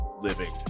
living